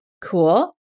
Cool